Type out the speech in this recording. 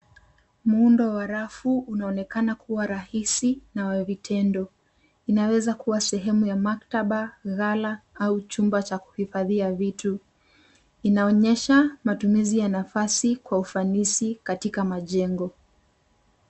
Muundo wa rafu unaonekana kuwa rahisi na wa vitendo. Inaweza kuwa sehemu ya maktaba, ghala au chumba cha kuhifadhia vitu. Inaonyesha matumizi ya nafasi kwa ufanisi katika majengo.